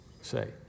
say